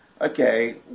Okay